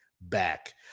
back